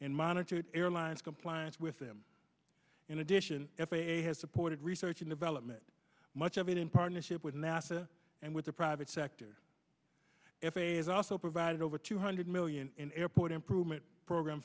and monitored airlines compliance with them in addition f a a has supported research and development much of it in partnership with nasa and with the private sector f a a has also provided over two hundred million in airport improvement program